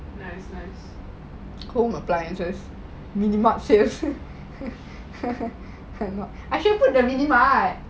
home applicances I should put the minimart